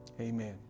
Amen